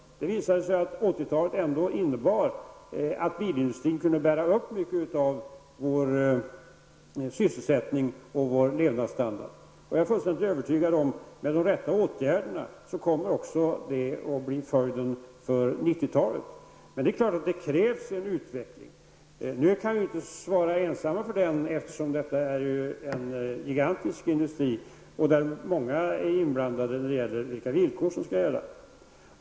Sedan visade det sig att 80-talet ändå innebar att bilindustrin kunde bidra till att hålla sysselsättningen och levnadsstandarden uppe. Jag är fullständigt övertygad om att det med de rätta åtgärderna kommer att bli likadant på 90 talet. Men det är klart att det då krävs en utveckling. Vi i Sverige kan inte ensamma ta ansvar för den, eftersom bilindustrin är en gigantisk industri, där många är inblandade när det gäller de villkor som skall gälla.